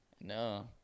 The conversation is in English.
No